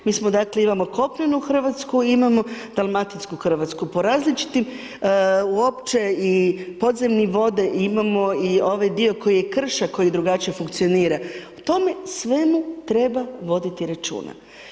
Mi smo dakle, imao kopnenu Hrvatsku imamo dalmatinsku Hrvatsku, po različitim uopće i podzemne vode imamo i ovaj dio koji je krša koji drugačije funkcionira, o tome svemu treba voditi računa.